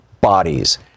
bodies